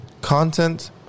content